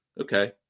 okay